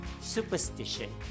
superstition